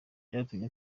byatumye